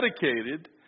dedicated